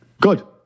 Good